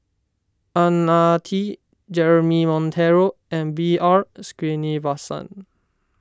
Ang Ah Tee Jeremy Monteiro and B R Sreenivasan